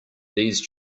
these